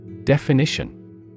Definition